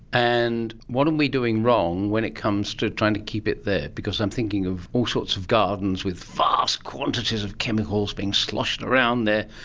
and what are we doing wrong when it comes to trying to keep it there because i'm thinking of all sorts of gardens with vast quantities of chemicals being sloshed around there,